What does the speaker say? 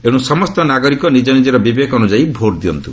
ଏଣୁ ସମସ୍ତ ନାଗରିକ ନିଜ ନିଜର ବିବେକ ଅନୁଯାୟୀ ଭୋଟ୍ ଦିଅନ୍ତୁ